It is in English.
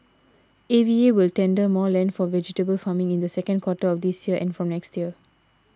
A V A will tender more land for vegetable farming in the second quarter of this year and from next year